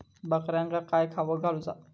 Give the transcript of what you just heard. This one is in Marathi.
बकऱ्यांका काय खावक घालूचा?